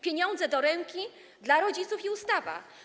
Pieniądze do ręki dla rodziców i ustawa.